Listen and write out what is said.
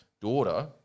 daughter